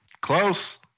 Close